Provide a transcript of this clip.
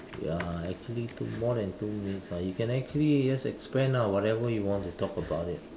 ya actually two more than two names lah you can actually just expand ah whatever you want to talk about it